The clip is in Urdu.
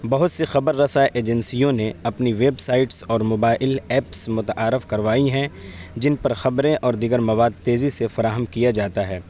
بہت سی خبر رسا ایجنسیوں نے اپنی ویب سائٹس اور موبائل ایپس متعارف کروائی ہیں جن پر خبریں اور دیگر مواد تیزی سے فراہم کیا جاتا ہے